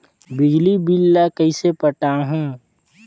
बिजली बिल ल कइसे पटाहूं?